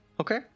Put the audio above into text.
Okay